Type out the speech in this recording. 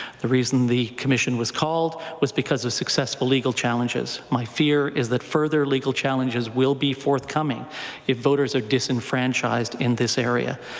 the reason the commission was called was because of successful legal challenges. my fear is further legal challenges will be forthcoming if voters are disenfranchised in this area.